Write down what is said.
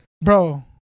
bro